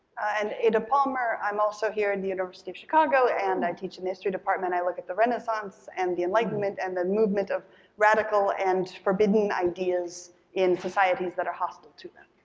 ada palmer, i'm also here in the university of chicago and i teach in the history department. i look at the renaissance and the enlightenment and the movement of radical and forbidden ideas in societies that are hostile to them.